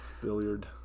Billiard